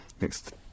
Next